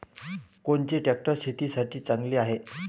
कोनचे ट्रॅक्टर शेतीसाठी चांगले हाये?